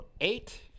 eight